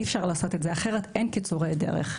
אי אפשר לעשות את זה אחרת, אין קיצורי דרך.